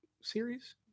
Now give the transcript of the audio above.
series